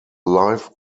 life